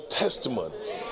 testimonies